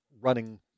running